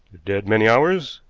dead many hours,